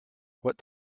what